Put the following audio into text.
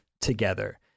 together